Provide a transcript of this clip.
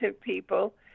people